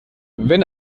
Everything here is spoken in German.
wenn